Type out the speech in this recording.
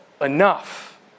enough